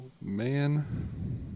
Man